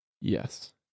yes